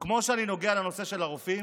כמו שאני נוגע בנושא הרופאים,